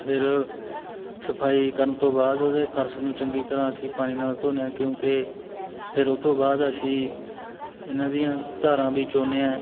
ਫਿਰ ਸਫਾਈ ਕਰਨ ਤੋਂ ਬਾਅਦ ਉਹਦੇ ਫਰਸ਼ ਨੂੰ ਚੰਗੀ ਤਰ੍ਹਾਂ ਅਸੀਂ ਪਾਣੀ ਨਾਲ ਧੋਂਦੇ ਹਾਂ ਕਿਉਂਕਿ ਫਿਰ ਉਹ ਤੋਂ ਬਾਅਦ ਅਸੀਂ ਇਹਨਾਂ ਦੀਆਂ ਧਾਰਾਂ ਵੀ ਚੋਂਨੇ ਆ